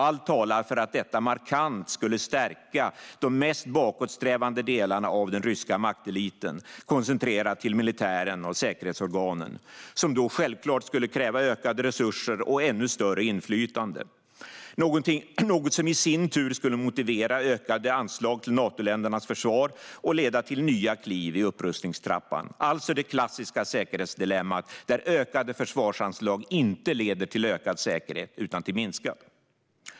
Allt talar för att detta markant skulle stärka de mest bakåtsträvande delarna av den ryska makteliten, koncentrerade till militären och säkerhetsorganen, som då självklart skulle kräva ökade resurser och ännu större inflytande. Det skulle i sin tur motivera ökade anslag till Natoländernas försvar och leda till nya kliv i upprustningstrappan - alltså det klassiska säkerhetsdilemmat, där ökade försvarsanslag inte leder till ökad säkerhet utan till minskad.